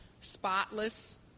spotless